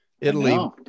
Italy